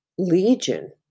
Legion